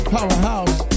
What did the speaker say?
Powerhouse